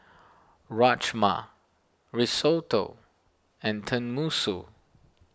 Rajma Risotto and Tenmusu